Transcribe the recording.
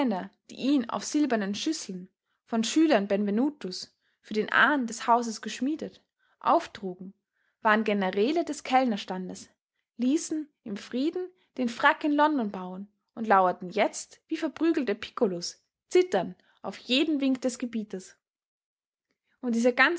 die ihn auf silbernen schüsseln von schülern benvenutos für den ahn des hauses geschmiedet auftrugen waren generäle des kellnerstandes ließen im frieden den frack in london bauen und lauerten jetzt wie verprügelte piccolos zitternd auf jeden wink des gebieters und dieser